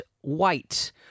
white